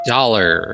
Dollar